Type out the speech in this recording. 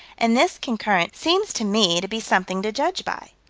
and this concurrence seems to me to be something to judge by.